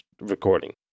recording